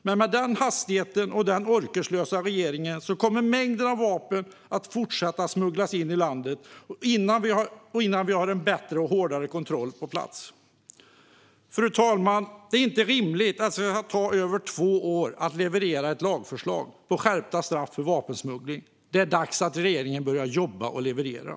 Men med den hastigheten och denna orkeslösa regering kommer mängder av vapen att fortsätta smugglas in i landet innan en bättre och hårdare kontroll är på plats. Det är inte rimligt att det ska ta över två år att leverera ett lagförslag på skärpta straff för vapensmuggling, fru talman. Det är dags att regeringen börjar jobba och leverera.